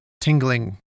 tingling